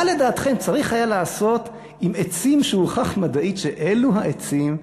מה לדעתכם צריך היה לעשות עם עצים שהוכח מדעית שאלו העצים,